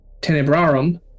Tenebrarum